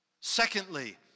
Secondly